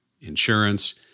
insurance